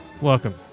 welcome